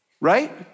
right